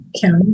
County